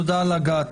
תודה על הגעתך.